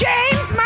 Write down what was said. James